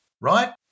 right